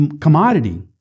commodity